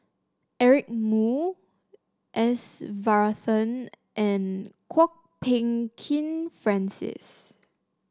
Eric Moo S Varathan and Kwok Peng Kin Francis